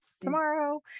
tomorrow